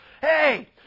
Hey